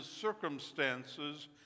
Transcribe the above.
circumstances